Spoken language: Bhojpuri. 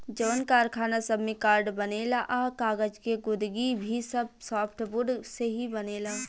जवन कारखाना सब में कार्ड बनेला आ कागज़ के गुदगी भी सब सॉफ्टवुड से ही बनेला